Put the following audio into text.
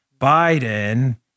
Biden